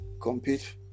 compete